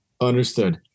Understood